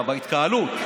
בהתקהלות,